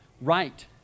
right